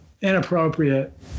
inappropriate